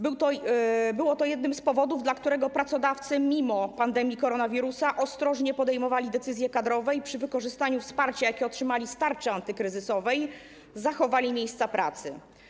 Był to jeden z powodów, dla którego pracodawcy mimo pandemii koronawirusa ostrożnie podejmowali decyzje kadrowe i przy wykorzystaniu wsparcia, jakie otrzymali z tarczy antykryzysowej, zachowali miejsca pracy.